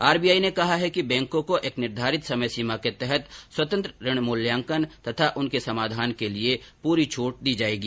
RBI ने कहा है कि बैंकों को एक निर्धारित समयसीमा के तहत स्वतंत्र ऋण मूल्यांकन तथा उसके समाधान के लिए पूरी छूट दी जाएगी